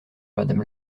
madame